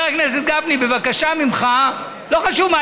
חבר הכנסת גפני,